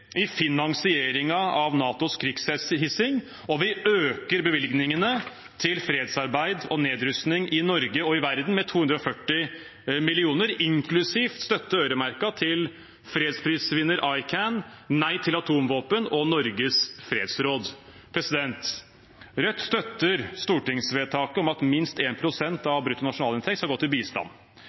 i finanseringen av NATOs krigshissing, og vi øker bevilgningene til fredsarbeid og nedrusting i Norge og verden for øvrig med 240 mill. kr, inklusiv støtte som er øremerket til fredsprisvinner ICAN, Nei til atomvåpen og Norges Fredsråd. Rødt støtter stortingsvedtaket om at minst 1 pst. av bruttonasjonalinntekt skal gå til bistand,